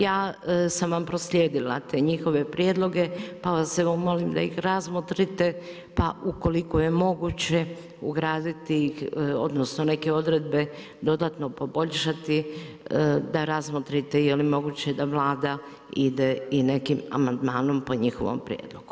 Ja sam vam posijedila te njihove prijedloge, pa vas evo molim da ih razmotrite, pa ukoliko je moguće, ugraditi ih, odnosno, neke odredbe dodatno poboljšati da razmotrite je li moguće da Vlada ide i nekim amandmanom po njihovom prijedlogu.